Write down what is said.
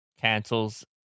cancels